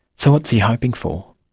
so what's he hoping for?